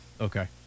Okay